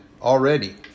already